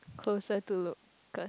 closer to Lucas